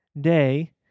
day